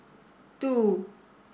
two